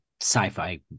sci-fi